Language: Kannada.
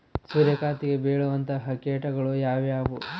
ಸೂರ್ಯಕಾಂತಿಗೆ ಬೇಳುವಂತಹ ಕೇಟಗಳು ಯಾವ್ಯಾವು?